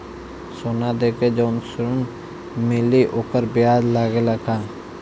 सोना देके जवन ऋण मिली वोकर ब्याज लगेला का?